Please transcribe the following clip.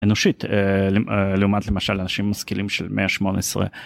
אנושית, לעומת למשל אנשים משכילים של המאה ה-18.